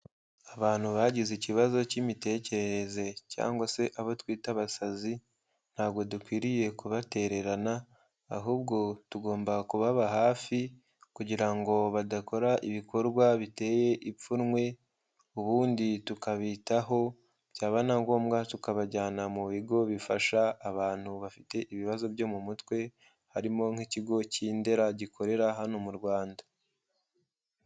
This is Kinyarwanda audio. Abantu bagize ikibazo cy'imitekerereze cyangwa se abo twita abasazi ntabwo dukwiriye kubatererana, ahubwo tugomba kubaba hafi, kugira ngo badakora ibikorwa biteye ipfunwe, ubundi tukabitaho byaba na ngombwa tukabajyana mu bigo bifasha abantu bafite ibibazo byo mu mutwe, harimo nk'ikigo cy'i Ndera gikorera hano mu Rwanda.